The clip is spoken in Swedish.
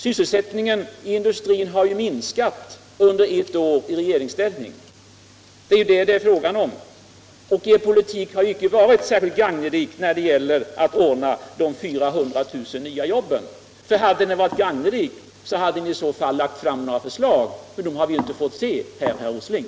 Sysselsättningen inom industrin har ju minskat under ert år i regeringsställning. Det är vad det är fråga om. Er politik har icke varit särskilt gagnerik när det gäller att ordna de 400 000 nya jobben. Hade den varit gagnerik hade ni lagt fram några förslag, men dem har vi inte fått se, herr Åsling.